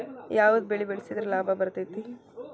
ಯಾವ ಬೆಳಿ ಬೆಳ್ಸಿದ್ರ ಲಾಭ ಬರತೇತಿ?